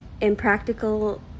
Impractical